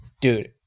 dude